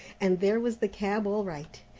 and there was the cab all right,